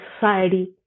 society